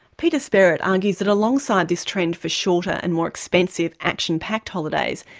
peter spearitt argues that alongside this trend for shorter and more expensive, action-packed holidays,